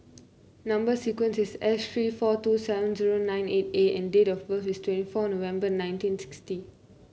number sequence is S three four two seven zero nine eight A and date of birth is twenty four November nineteen sixty